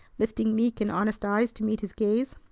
lifting meek and honest eyes to meet his gaze.